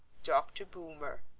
dr. boomer,